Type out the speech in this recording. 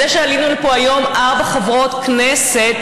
זה שעלינו לפה היום ארבע חברות כנסת,